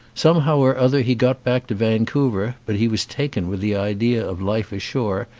somehow or other he got back to vancouver, but he was taken with the idea of life ashore,